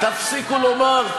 תפסיקו לומר,